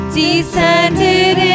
descended